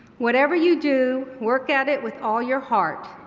whatever you do, work at it with all your heart,